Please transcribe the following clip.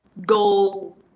go